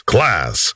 Class